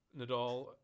Nadal